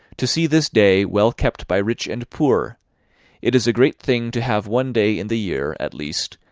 to see this day well kept by rich and poor it is a great thing to have one day in the year, at least,